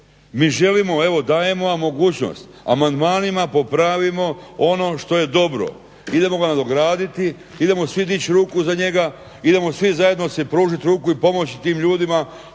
mi želimo, evo dajemo vam mogućnost amandmanima popravimo ono što je dobro, idemo ga nadograditi, idemo svi dić ruku za njega, idemo svi zajedno si pružit ruku i pomoć tim ljudima,